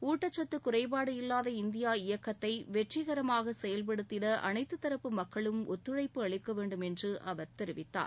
ஊட்டச்சத்து குறைபாடு இல்லாத இந்தியா இயக்கத்தை வெற்றிரமாக செயல்படுத்திட அனைத்துதரப்பு மக்களும் ஒத்துழழப்பு அளிக்க வேண்டும் என்று அவர் தெரிவித்துள்ளார்